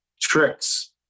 tricks